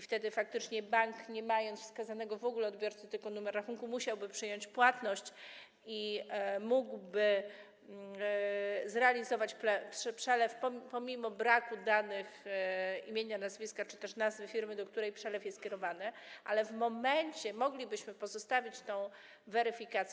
Wtedy faktycznie bank, nie mając wskazanego w ogóle odbiorcy, tylko numer rachunku, musiałby przyjąć płatność i mógłby zrealizować przelew pomimo braku danych, tj. imienia, nazwiska czy też nazwy firmy, do której przelew jest kierowany, ale w momencie... moglibyśmy pozostawić tę weryfikację.